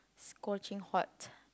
scorching hot